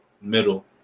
Middle